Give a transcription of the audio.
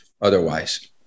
otherwise